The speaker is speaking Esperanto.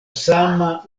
sama